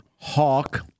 Hawk